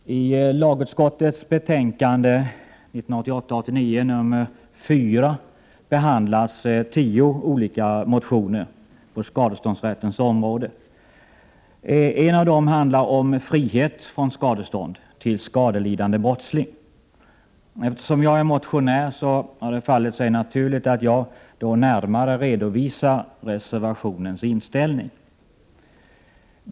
Herr talman! I lagutskottets betänkande 1988/89:4 behandlas tio olika motioner på skadeståndsrättens område. En av motionerna handlar om frihet från skadestånd till skadelidande brottsling. Eftersom jag är motionär, faller det sig naturligt att jag närmare redovisar reservanternas inställning.